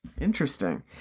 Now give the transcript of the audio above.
Interesting